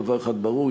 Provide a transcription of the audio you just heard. דבר אחד ברור,